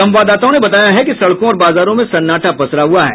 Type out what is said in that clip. संवाददाताओं ने बताया है कि सड़कों और बाजारों में सन्नाटा पसरा हुआ है